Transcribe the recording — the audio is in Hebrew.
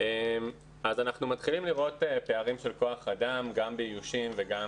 אז אנחנו מתחילים לראות פערים של כוח אדם גם באיוש וגם